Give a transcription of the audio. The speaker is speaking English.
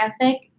ethic